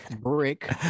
brick